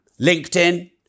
LinkedIn